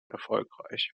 erfolgreich